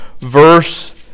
verse